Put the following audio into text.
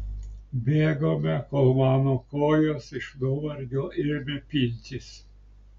bėgome kol mano kojos iš nuovargio ėmė pintis